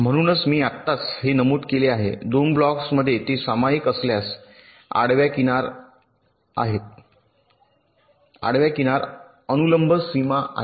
म्हणूनच मी आत्ताच हे नमूद केले आहे 2 ब्लॉक्समध्ये ते सामायिक असल्यास आडव्या किनार अनुलंब सीमा आहेत